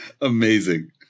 Amazing